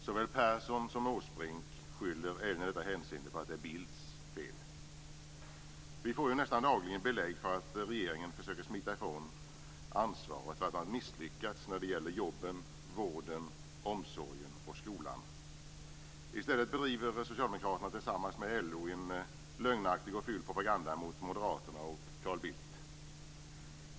Såväl Persson som Åsbrink skyller även i detta hänseende på att det är Bildts fel. Vi får nästan dagligen belägg för att regeringen försöker smita ifrån ansvaret för att ha misslyckats när det gäller jobben, vården, omsorgen och skolan. I stället bedriver Socialdemokraterna tillsammans med LO en lögnaktig och ful propaganda mot Moderaterna och Carl Bildt.